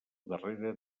darrere